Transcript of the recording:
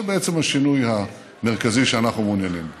זה בעצם השינוי המרכזי שאנחנו מעוניינים בו.